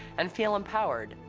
and feel empowered,